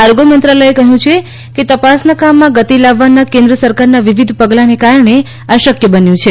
આરોગ્ય મંત્રાલયે કહ્યું છે કે તપાસના કામમાં ગતિ લાવવાના કેન્દ્ર સરકારના વિવિધ પગલાને કારણે આ શક્ય બન્યું છે